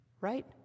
Right